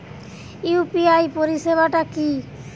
UPI পরিসেবাটা কি?